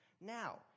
Now